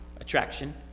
Attraction